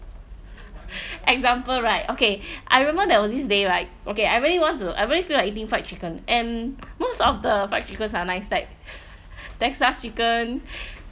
example right okay I remember there was this day right okay I really want to I really feel like eating fried chicken and most of the fried chickens are nice right Texas Chicken